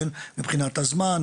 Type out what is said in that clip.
מבחינת הזמן,